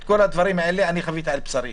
את כל הדברים האלה אני חוויתי על בשרי.